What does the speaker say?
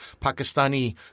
Pakistani